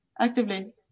actively